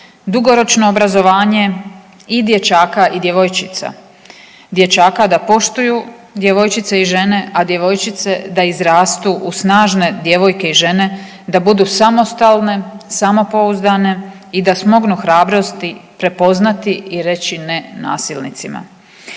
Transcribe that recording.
dugoročno obrazovanje i dječaka i djevojčica, osnaživanje djevojčica, djevojki, žena da budu samostalne, samopouzdane, da smognu hrabrosti prepoznati i reći ne nasilnicima